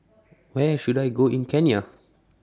Where should I Go in Kenya